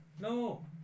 no